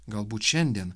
galbūt šiandien